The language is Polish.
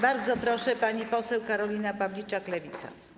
Bardzo proszę, pani poseł Karolina Pawliczak, Lewica.